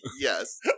Yes